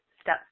step